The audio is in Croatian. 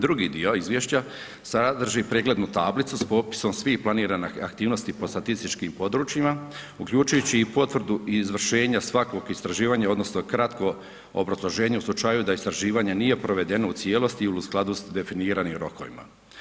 Drugi dio izvješća sadrži preglednu tablicu s popisom svih planiranih aktivnosti po statističkim područjima uključujući i potvrdu izvršenja svakog istraživanja odnosno kratko obrazloženje u slučaju da istraživanje nije provedeno u cijelosti ili u skladu sa definiranim rokovima.